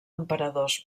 emperadors